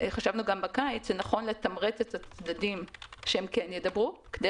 נכון לתמרץ את הצדדים שכן ידברו כדי